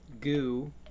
goo